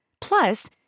Plus